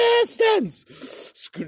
Resistance